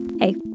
Hey